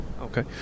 okay